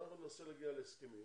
אנחנו ננסה להגיע להסכמים.